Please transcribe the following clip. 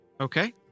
Okay